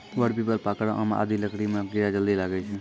वर, पीपल, पाकड़, आम आदि लकड़ी म कीड़ा जल्दी लागै छै